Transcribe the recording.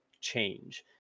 change